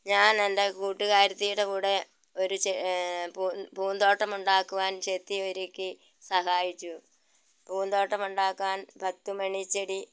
ഞാൻ എൻ്റെ കൂട്ടുകാരിയുടെ കൂടെ ഒരു പൂന്തോട്ടമുണ്ടാക്കുവാൻ ചെത്തി ഒരുക്കി സഹായിച്ചു പൂന്തോട്ടമുണ്ടാക്കാൻ പത്ത് മണിച്ചെടി